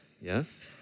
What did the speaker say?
yes